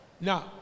Now